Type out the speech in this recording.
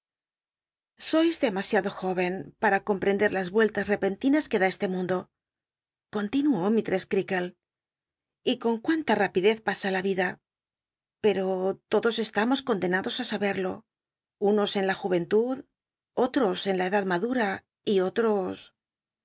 sois demasiado jó en para comprendet las vuel tas repentinas lte dá este mundo continuó mistress cteakle y con cuánta rapidez pasa la vida pero todos estamos condenados á saberlo unos en la juventud otros en la edad madlll'a y otro